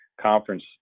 conference